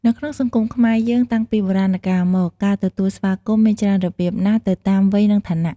នៅក្នុងសង្គមខ្មែរយើងតាំងពីបុរាណកាលមក ការទទួលស្វាគមន៍មានច្រើនរបៀបណាស់ទៅតាម វ័យ និងឋានៈ។